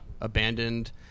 abandoned